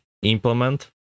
implement